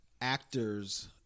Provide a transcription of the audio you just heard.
actors